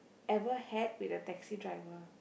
ever had with a taxi driver